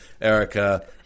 Erica